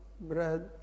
bread